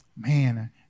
man